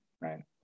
right